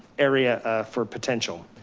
area for potential.